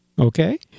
Okay